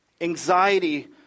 anxiety